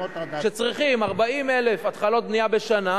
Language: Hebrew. כשצריכים 40,000 התחלות בנייה בשנה,